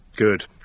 Good